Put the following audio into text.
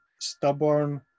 stubborn